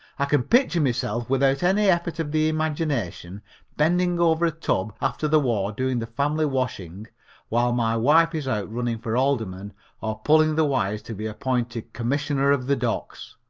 i can picture myself without any effort of the imagination bending over a tub after the war doing the family washing while my wife is out running for alderman or pulling the wires to be appointed commissioner of the docks.